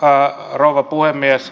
arvoisa rouva puhemies